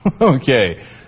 Okay